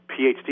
PhD